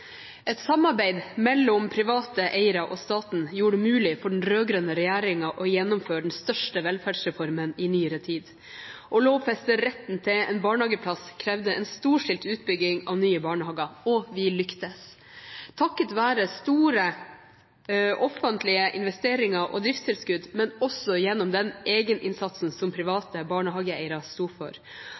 Et samarbeid mellom private eiere og staten gjorde det mulig for den rød-grønne regjeringen å gjennomføre den største velferdsreformen i nyere tid. Å lovfeste retten til en barnehageplass krevde en storstilt utbygging av nye barnehager – og vi lyktes, takket være store offentlige investeringer og driftstilskudd, men også gjennom den egeninnsatsen som private barnehageeiere sto for.